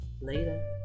Later